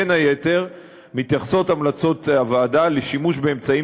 בין היתר מתייחסות המלצות הוועדה לשימוש באמצעים